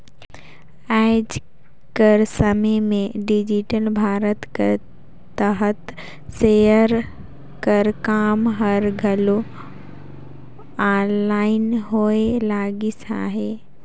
आएज कर समे में डिजिटल भारत कर तहत सेयर कर काम हर घलो आनलाईन होए लगिस अहे